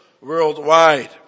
worldwide